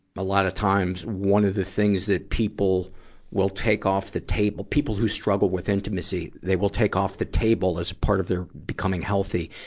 a lot of times, one of the things that people will take off the table, people who struggle with intimacy, they will take off the table as part of their becoming healthy,